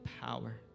power